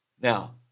Now